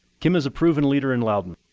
kim is a proven leader in loudon,